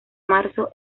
marzo